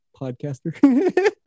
podcaster